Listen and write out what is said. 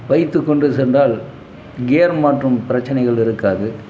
வைத்துக்கொண்டு சென்றால் கியர் மாற்றும் பிரச்சனைகள் இருக்காது